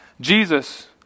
Jesus